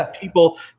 people